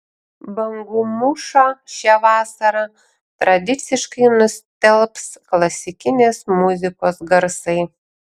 bangų mūšą šią vasarą tradiciškai nustelbs klasikinės muzikos garsai